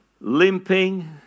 limping